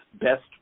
best